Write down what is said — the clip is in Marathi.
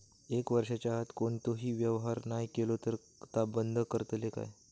एक वर्षाच्या आत कोणतोही व्यवहार नाय केलो तर ता बंद करतले काय?